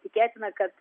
tikėtina kad